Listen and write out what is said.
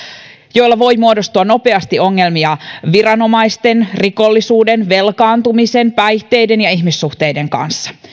joilla voi muodostua nopeasti ongelmia viranomaisten rikollisuuden velkaantumisen päihteiden ja ihmissuhteiden kanssa